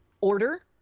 order